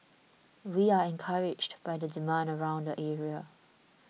we are encouraged by the demand around the area